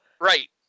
Right